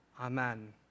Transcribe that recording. Amen